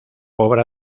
obra